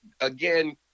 again